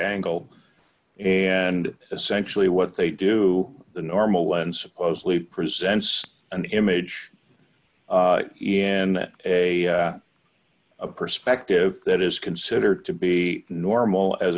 angle and essentially what they do the normal lens supposedly presents an image in a perspective that is considered to be normal as